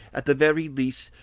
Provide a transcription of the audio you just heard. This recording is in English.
at the very least,